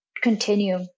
continue